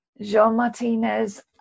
Jean-Martinez